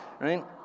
right